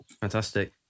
Fantastic